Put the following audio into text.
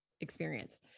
experience